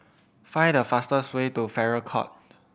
find the fastest way to Farrer Court